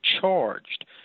charged